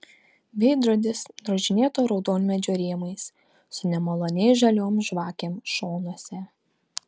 veidrodis drožinėto raudonmedžio rėmais su nemaloniai žaliom žvakėm šonuose